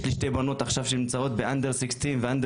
יש לי שתי בנות שנמצאות עכשיו ב-Under 16 ו-Under